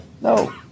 No